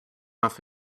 off